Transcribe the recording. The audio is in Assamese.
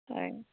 হয়